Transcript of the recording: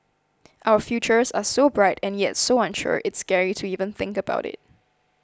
our futures are so bright and yet so unsure it's scary to even think about it